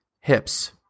hips